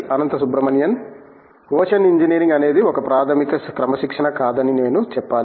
అనంత Subramanian ocean engineering అనేది ఒక ప్రాథమిక క్రమశిక్షణ కాదని నేను చెప్పాలి